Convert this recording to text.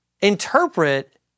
interpret